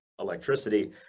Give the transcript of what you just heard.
electricity